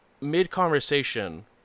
mid-conversation